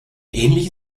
ähnliche